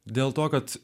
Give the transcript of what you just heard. dėl to kad